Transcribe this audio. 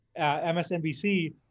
MSNBC